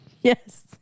yes